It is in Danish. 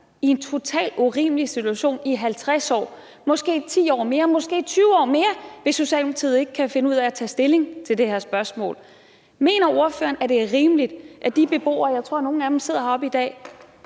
i en totalt urimelig situation i 50 år og måske 10 år eller måske 20 mere, hvis Socialdemokratiet ikke kan finde ud af at tage stilling til det her spørgsmål. Mener ordføreren, at det er rimeligt, at de beboere – jeg tror, nogle af dem sidder heroppe i dag